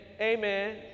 Amen